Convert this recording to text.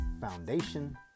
foundation